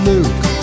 Luke